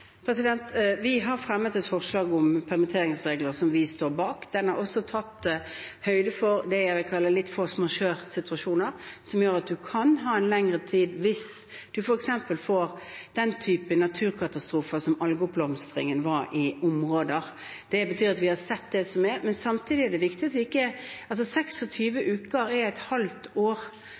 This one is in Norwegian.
Vi har fremmet et forslag om permitteringsregler som vi står bak. Det har også tatt høyde for det jeg vil kalle «force majeure»-situasjoner, som gjør at man kan ha en lengre tid hvis man f.eks. får den type naturkatastrofer som algeoppblomstringen var i områder. Det betyr at vi har sett det. Samtidig er det viktig å huske på at 26 uker er et halvt år.